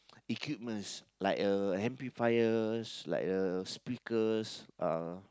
equipments like uh amplifiers like uh speakers uh